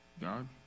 God